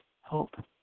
hope